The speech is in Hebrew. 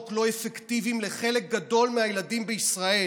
לא אפקטיביים לחלק גדול מהילדים בישראל,